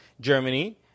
Germany